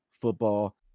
football